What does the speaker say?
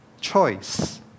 Choice